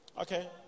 okay